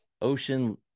ocean